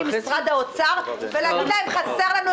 עם משרד האוצר ולהגיד להם שחסר לכם.